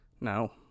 No